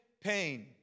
pain